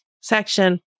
section